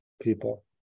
people